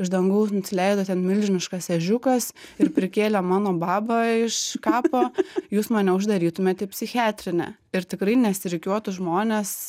iš dangaus nusileido ten milžiniškas ežiukas ir prikėlė mano babą iš kapo jūs mane uždarytumėt į psichiatrinę ir tikrai nesirikiuotų žmonės